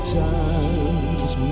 times